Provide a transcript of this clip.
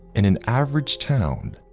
in an average town,